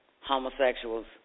homosexuals